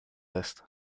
lässt